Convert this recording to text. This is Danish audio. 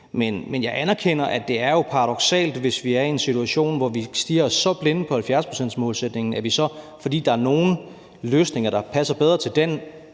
Men jeg anerkender, at det jo er paradoksalt, hvis vi er i en situation, hvor vi stirrer os så blinde på 70-procentsmålsætningen, at vi, fordi der er nogle løsninger, der passer bedre til den